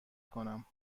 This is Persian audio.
کنم